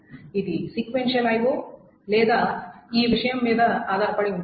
ఇది sequential IO లేదా ఈ విషయం మీద ఆధారపడి ఉంటుంది